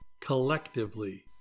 collectively